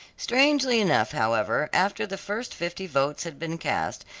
strangely enough, however, after the first fifty votes had been cast,